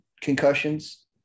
concussions